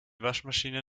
waschmaschine